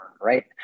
right